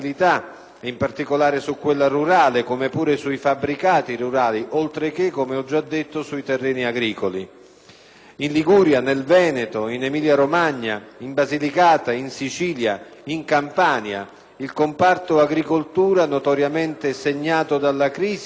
In Liguria, nel Veneto, in Emilia-Romagna, in Basilicata, in Sicilia, in Campania il comparto agricoltura - notoriamente segnato dalla crisi, i cui esiti non vengono alleviati dalla persistente disattenzione del Governo - è oggi in ginocchio: